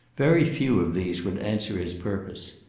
very few of these would answer his purpose.